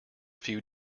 few